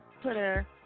Twitter